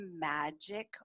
magic